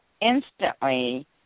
instantly